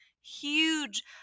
huge